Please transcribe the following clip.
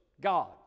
god